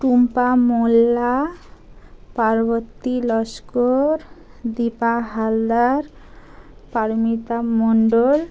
Tumpa Molla Parvati Laskar Dipa Haldar Paramita Mondal